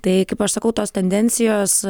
tai kaip aš sakau tos tendencijos